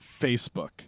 Facebook